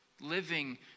living